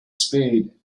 speed